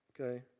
Okay